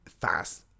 fast